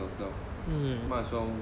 mm